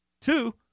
Two